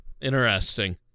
Interesting